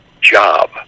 job